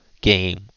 game